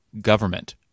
government